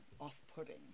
off-putting